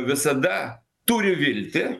visada turi viltį